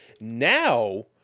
Now